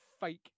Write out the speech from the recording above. fake